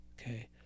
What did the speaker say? okay